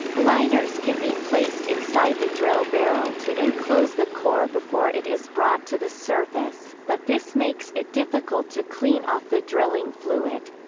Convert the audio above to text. liners can be placed inside the drill barrel to enclose the core before it is brought to the surface, but this makes it difficult to clean off the drilling fluid.